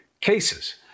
cases